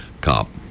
cop